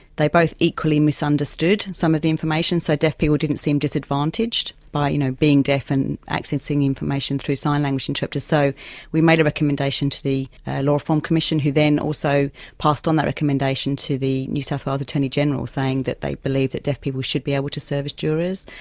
they both equally misunderstood some of the information. so deaf people didn't seem disadvantaged by, you know, being deaf and accessing the information through sign language and interpreters. so we made a recommendation to the law reform commission who then also passed on that recommendation to the new south wales attorney general saying that they believe that deaf people should be able to serve as jurors,